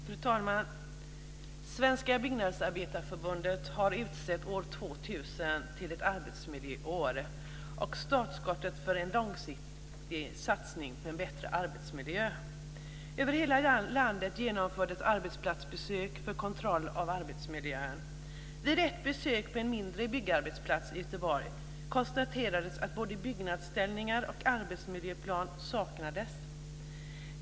Fru talman! Svenska byggnadsarbetareförbundet utsåg år 2000 till ett arbetsmiljöår och startskottet för en långsiktig satsning på en bättre arbetsmiljö. Över hela landet genomfördes arbetsplatsbesök för kontroll av arbetsmiljön. Vid ett besök på en mindre byggarbetsplats i Göteborg konstaterades att både byggnadsställningar och arbetsmiljöplan saknades.